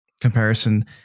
Comparison